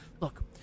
Look